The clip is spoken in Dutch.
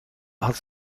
had